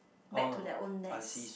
back to their own nest